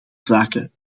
zaken